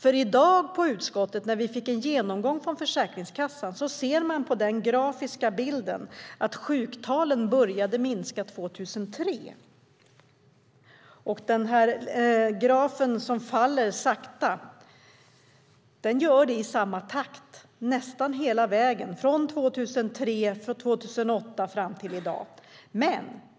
Vid en genomgång från Försäkringskassan på utskottet i dag såg vi nämligen en graf som visade att sjuktalen började minska 2003. Grafen föll sakta i samma takt nästan hela tiden från 2003 över 2008 och fram till i dag.